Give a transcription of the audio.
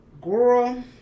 Girl